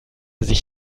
sich